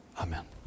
Amen